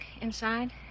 inside